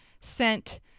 sent